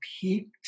peaked